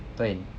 对